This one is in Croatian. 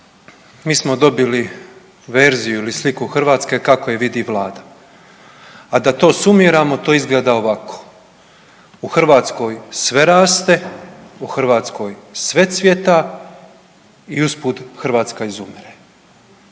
mi smo dobili verziju ili sliku Hrvatske kako je vidi Vlada a da to sumiramo, to izgleda ovako. U Hrvatskoj sve raste, u Hrvatskoj sve cvijeta i usput Hrvatska izumire.